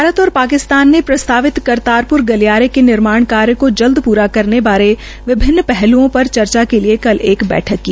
भारत और पाकिस्तान ने प्रस्तावित करतारपुर गलियारे के निर्माण कार्य को जल्द प्रा करने बारे विभिन्न पहल्ओं पर चर्चा के लिये कल एक बैठक की